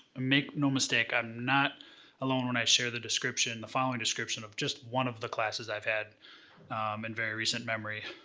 make no mistake, i'm not alone when i share the description, the following description of just one of the classes i've had, in very recent memory.